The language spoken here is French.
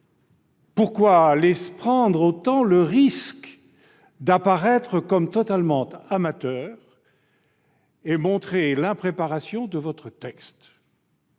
Pourquoi laisser prendre autant le risque d'apparaître comme totalement amateurs et montrer l'impréparation de votre texte ?